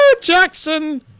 Jackson